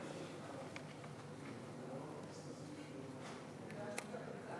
סעיפים 1